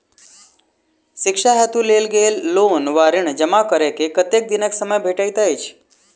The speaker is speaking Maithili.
शिक्षा हेतु लेल गेल लोन वा ऋण जमा करै केँ कतेक दिनक समय भेटैत अछि?